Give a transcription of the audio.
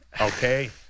okay